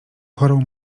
chorą